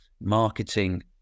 marketing